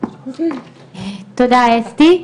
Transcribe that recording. תודה אסתי.